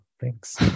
thanks